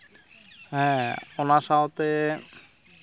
ᱦᱮᱸ ᱚᱱᱟ ᱥᱟᱶᱛᱮ